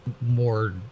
more